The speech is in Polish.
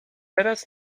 teraz